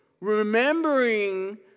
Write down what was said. remembering